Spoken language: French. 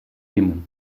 démons